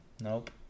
Nope